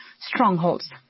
strongholds